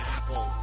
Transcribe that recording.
Apple